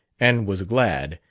and was glad,